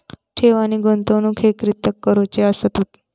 ठेव आणि गुंतवणूक हे कित्याक करुचे असतत?